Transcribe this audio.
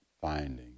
finding